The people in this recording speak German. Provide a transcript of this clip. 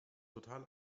total